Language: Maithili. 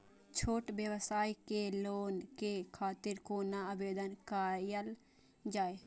छोट व्यवसाय के लोन के खातिर कोना आवेदन कायल जाय?